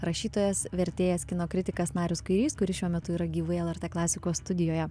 rašytojas vertėjas kino kritikas narius kairys kuris šiuo metu yra gyvai lrt klasikos studijoje